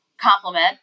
compliment